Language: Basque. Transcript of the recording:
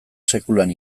sekulan